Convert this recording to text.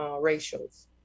ratios